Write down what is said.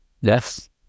Yes